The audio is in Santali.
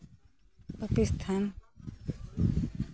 ᱯᱟᱠᱤᱥᱛᱷᱟᱱ